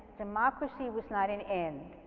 democracy was not an end.